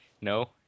No